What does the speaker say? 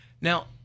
Now